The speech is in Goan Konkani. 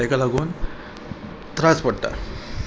ताका लागून त्रास पडटा